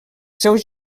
seus